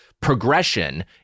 Progression